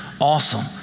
awesome